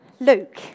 Luke